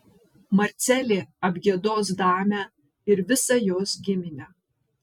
marcelė apgiedos damę ir visą jos giminę